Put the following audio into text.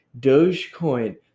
Dogecoin